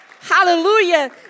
Hallelujah